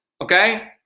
Okay